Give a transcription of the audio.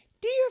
Dear